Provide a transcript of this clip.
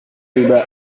tiba